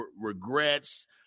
regrets